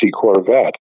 Corvette